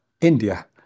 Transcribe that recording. India